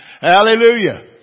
Hallelujah